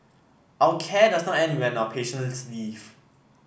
our care does not end when our patients leave